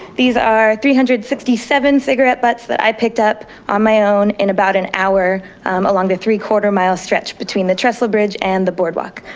these are three hundred and sixty seven cigarette butts that i picked up on my own in about an hour along the three quarter mile stretch between the trestle bridge and the boardwalk,